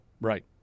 right